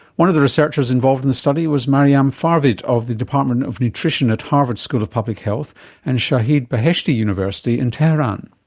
one of the researchers involved in the study was maryam farvid of the department of nutrition at harvard school of public health and shahid beheshti university in tehran.